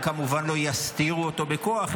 הם כמובן לא יסתירו אותו בכוח,